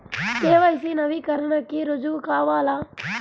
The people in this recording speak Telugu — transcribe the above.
కే.వై.సి నవీకరణకి రుజువు కావాలా?